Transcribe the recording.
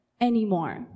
anymore